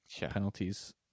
penalties